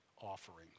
offerings